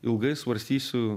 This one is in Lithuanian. ilgai svarstysiu